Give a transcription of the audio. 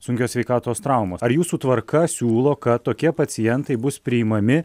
sunkios sveikatos traumos ar jūsų tvarka siūlo kad tokie pacientai bus priimami